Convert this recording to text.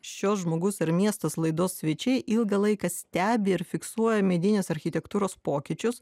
šios žmogus ir miestas laidos svečiai ilgą laiką stebi ir fiksuoja medinės architektūros pokyčius